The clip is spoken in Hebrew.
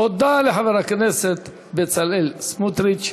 תודה לחבר הכנסת בצלאל סמוטריץ.